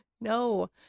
No